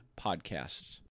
podcasts